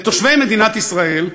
ותושבי מדינת ישראל,